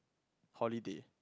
holiday